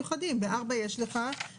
נשב ביחד עם האוצר כדי לראות מה יכול להיות.